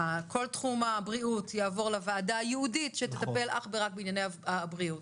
כל תחום הבריאות יעבור לוועדה ייעודית שתטפל אך ורק בענייני הבריאות